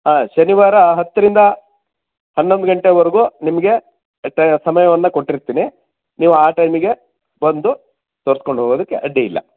ಹಾಂ ಶನಿವಾರ ಹತ್ತರಿಂದ ಹನ್ನೊಂದು ಗಂಟೆವರೆಗೂ ನಿಮಗೆ ಸಮಯವನ್ನು ಕೊಟ್ಟಿರ್ತೀನಿ ನೀವು ಆ ಟೈಮಿಗೆ ಬಂದು ತೋರ್ಸ್ಕೊಂಡು ಹೋಗೋದಕ್ಕೆ ಅಡ್ಡಿ ಇಲ್ಲ